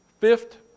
Fifth